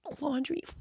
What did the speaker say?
laundry